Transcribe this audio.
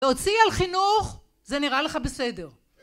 להוציא על חינוך, זה נראה לך בסדר.